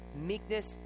meekness